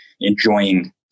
enjoying